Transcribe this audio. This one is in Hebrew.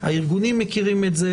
הארגונים מכירים את זה,